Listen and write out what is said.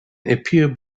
appear